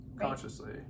Consciously